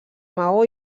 maó